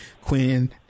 Quinn-